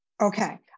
Okay